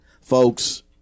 Folks